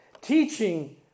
teaching